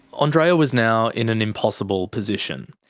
andreea was now in an impossible position.